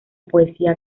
poesía